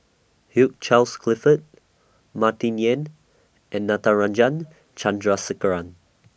Hugh Charles Clifford Martin Yan and Natarajan Chandrasekaran